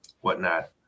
whatnot